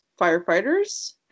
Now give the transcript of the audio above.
firefighters